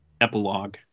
Epilogue